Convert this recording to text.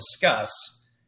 discuss